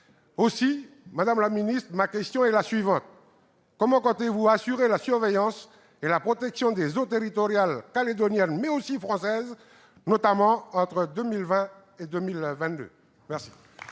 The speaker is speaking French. Madame la ministre, ma question est la suivante : comment comptez-vous assurer la surveillance et la protection des eaux territoriales non seulement calédoniennes, mais aussi françaises, notamment entre 2020 et 2022 ?